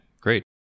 great